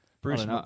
Bruce